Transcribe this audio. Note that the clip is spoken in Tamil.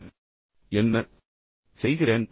நான் என்ன செய்கிறேன்